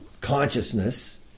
consciousness